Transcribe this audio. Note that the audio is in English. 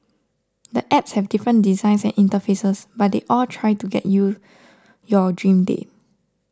the apps have different designs and interfaces but they all try to get you your dream date